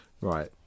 right